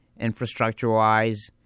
infrastructure-wise